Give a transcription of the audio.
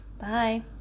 Bye